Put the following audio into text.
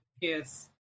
yes